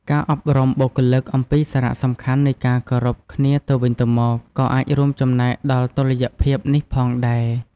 ការអប់រំបុគ្គលិកអំពីសារៈសំខាន់នៃការគោរពគ្នាទៅវិញទៅមក ក៏អាចរួមចំណែកដល់តុល្យភាពនេះផងដែរ។